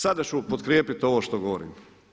Sada ću potkrijepiti ovo što govorim.